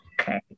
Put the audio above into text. okay